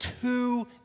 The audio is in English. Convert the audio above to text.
two